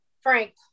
Frank